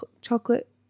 chocolate